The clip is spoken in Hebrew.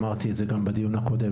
אמרתי את זה גם בדיון הקודם,